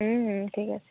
ঠিক আছে